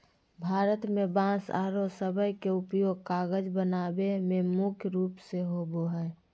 भारत में बांस आरो सबई के उपयोग कागज बनावे में मुख्य रूप से होबो हई